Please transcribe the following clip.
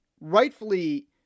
rightfully